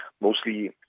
mostly